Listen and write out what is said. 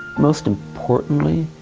most importantly,